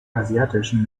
asiatischen